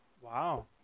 Wow